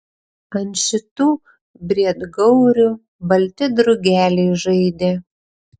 ant šitų briedgaurių balti drugeliai žaidė